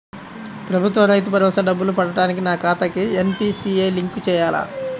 ప్రభుత్వ రైతు భరోసా డబ్బులు పడటానికి నా ఖాతాకి ఎన్.పీ.సి.ఐ లింక్ చేయాలా?